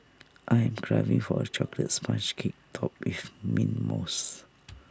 I am craving for A Chocolate Sponge Cake Topped with Mint Mousse